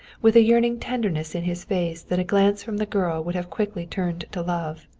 with a yearning tenderness in his face that a glance from the girl would have quickly turned to love.